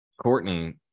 Courtney